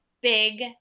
big